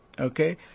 Okay